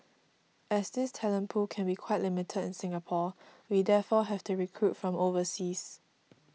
as this talent pool can be quite limited in Singapore we therefore have to recruit from overseas